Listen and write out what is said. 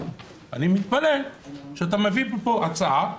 אני מתפלא שאתה מביא לפה הצעה,